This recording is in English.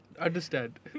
understand